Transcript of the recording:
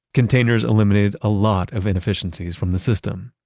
containers eliminated a lot of inefficiencies from the system,